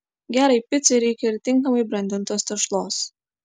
gerai picai reikia ir tinkamai brandintos tešlos